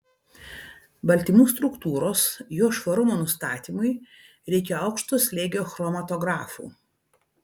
baltymų struktūros jos švarumo nustatymui reikia aukšto slėgio chromatografų